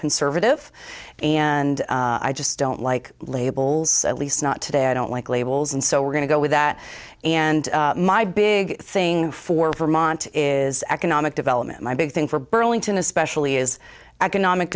conservative and i just don't like labels at least not today i don't like labels and so we're going to go with that and my big thing for vermont is economic development my big thing for burlington especially is economic